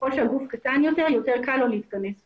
ככל שהגוף קטן יותר, יותר קל לו להתכנס פנימה.